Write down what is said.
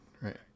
Right